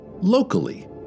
locally